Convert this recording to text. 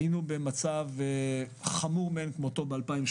היינו במצב חמור מאין כמותו ב-2018.